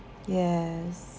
yes